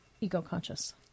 ego-conscious